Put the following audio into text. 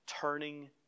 turning